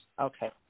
Okay